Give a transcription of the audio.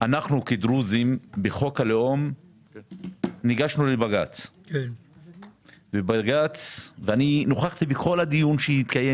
אנחנו כדרוזים בחוק הלאום ניגשנו לבג"צ ואני נוכחתי בכל הדיון שהתקיים